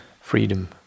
freedom